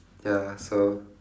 ya so